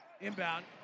inbound